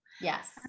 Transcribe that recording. yes